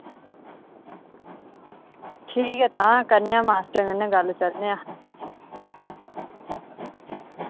ठीक ऐ तां करने आं मास्टर कन्नै गल्ल करने आं